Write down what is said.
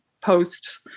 post